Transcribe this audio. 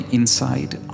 Inside